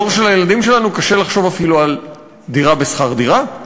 בדור של הילדים שלנו קשה לחשוב אפילו על דירה בשכר דירה,